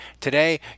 today